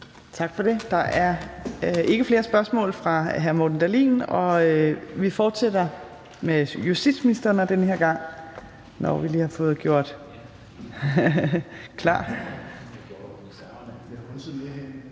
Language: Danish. Tak for det. Der er ikke flere spørgsmål fra hr. Morten Dahlin. Vi fortsætter med justitsministeren, og den her gang er det hr.